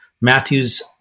Matthew's